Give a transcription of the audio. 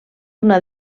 una